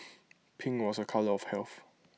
pink was A colour of health